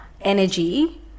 energy